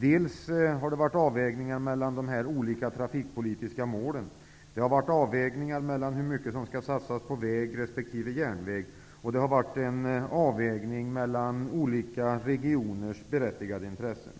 Det har gjorts avvägningar mellan de olika trafikpolitiska målen. Det har gjorts avvägningar mellan hur mycket som skall satsas på väg resp. järnväg, och det har gjorts avvägningar mellan olika regioners berättigade intressen.